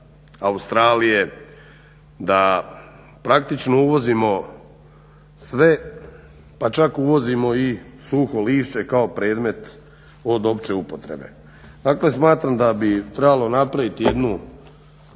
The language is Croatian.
da praktično uvozimo sve pa čak uvozimo i suho lišće kao predmet od opće uporabe. Dakle smatram da bi trebalo napraviti jednu